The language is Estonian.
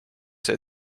see